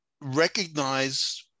recognize